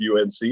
UNC